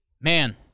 Man